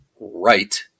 right